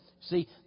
See